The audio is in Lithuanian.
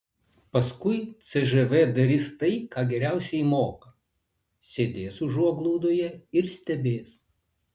paskui cžv darys tai ką geriausiai moka sėdės užuoglaudoje ir stebės